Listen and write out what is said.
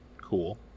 Cool